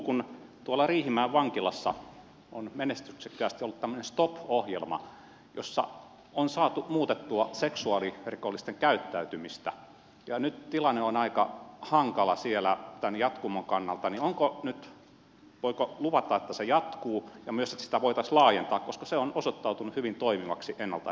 kun tuolla riihimäen vankilassa on menestyksekkäästi ollut tämmöinen stop ohjelma jossa on saatu muutettua seksuaalirikollisten käyttäytymistä ja nyt tilanne on aika hankala siellä tämän jatkumon kannalta niin voiko nyt luvata että se jatkuu ja myös että sitä voitaisiin laajentaa koska se on osoittautunut hyvin toimivaksi ennalta ehkäiseväksi ohjelmaksi